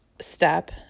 step